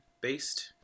based